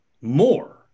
more